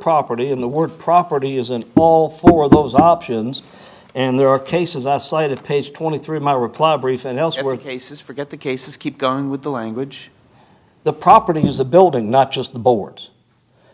property in the word property is an all for those options and there are cases are cited page twenty three my reply brief and else where cases forget the cases keep going with the language the property of the building not just the board